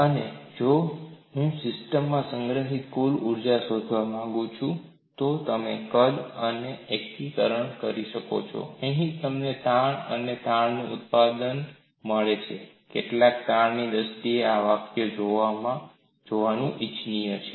અને જો હું સિસ્ટમમાં સંગ્રહિત કુલ ઊર્જા શોધવા માંગુ છું તો તમે કદ પર એકીકરણ કરો છો અહીં તમને તાણ અને તાણનું ઉત્પાદન મળે છે એકલા તાણની દ્રષ્ટિએ આ વાકયઓ જોવાનું પણ ઇચ્છનીય છે